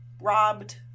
robbed